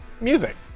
music